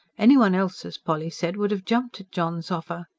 anyone else, as polly said, would have jumped at john's offer.